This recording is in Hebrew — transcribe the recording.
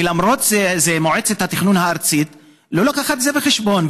ולמרות זאת מועצת התכנון הארצית לא לוקחת את זה בחשבון.